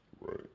Right